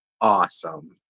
awesome